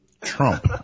Trump